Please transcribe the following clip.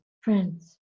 friends